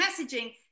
messaging